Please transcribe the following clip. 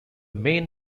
main